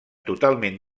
totalment